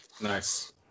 nice